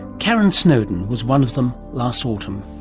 karon snowdon was one of them last autumn.